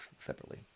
separately